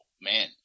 man